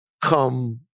come